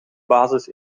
basis